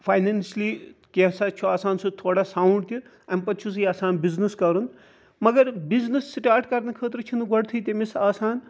financially کینٛہہ سہَ چھُ آسان سُہ تھوڑا ساوُنٛڈ تہِ امہِ پَتہٕ چھُ سُہ یَژھان بِزنِس کَرُن مگر بِزنِس سٹاٹ کَرنہٕ خٲطرٕ چھِ نہٕ گۄڈنٮ۪تھٕے تٔمس آسان